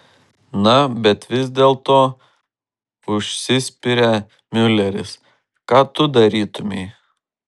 na bet vis dėlto užsispiria miuleris ką tu darytumei